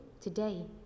today